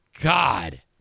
God